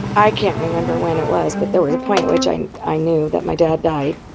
i can't remember when it was, but there was a point at which i i knew that my dad died